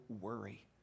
worry